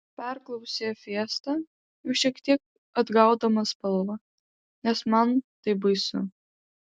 perklausė fiesta jau šiek tiek atgaudama spalvą nes man tai baisu